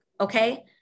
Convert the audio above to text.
okay